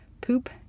poop